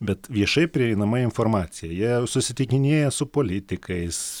bet viešai prieinama informacija jie susitikinėja su politikais